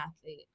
athlete